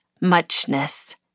muchness